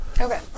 Okay